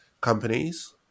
companies